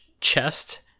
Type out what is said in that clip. chest